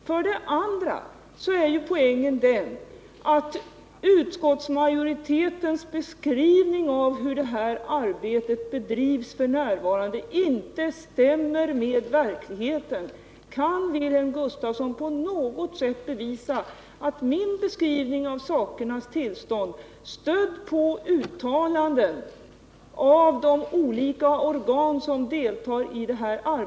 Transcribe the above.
För det andra är poängen den att utskottsmajoritetens beskrivning av hur detta arbete f. n. bedrivs inte stämmer med verkligheten. Kan Wilhelm Gustafsson på något sätt bevisa att min beskrivning av sakernas tillstånd, stödd på uttalanden av de olika organ som deltar i det här arbetet, är felaktig?